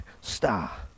star